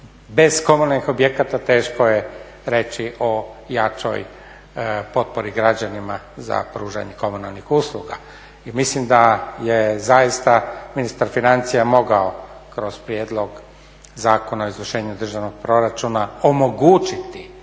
bez komunalnih objekata teško je reći o jačoj potpori građanima za pružanje komunalnih usluga. I mislim da je zaista ministar financija mogao kroz Prijedlog zakona o izvršenju državnog proračuna omogućiti